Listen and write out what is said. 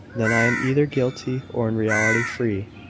then i am either guilty, or in reality free.